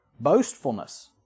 boastfulness